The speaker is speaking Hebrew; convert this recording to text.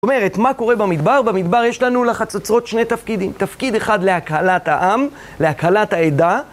זאת אומרת, מה קורה במדבר? במדבר יש לנו לחצוצרות שני תפקידים, תפקיד אחד להקהלת העם, להקהלת העדה